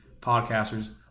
podcasters